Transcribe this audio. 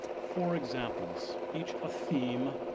four examples, each a theme,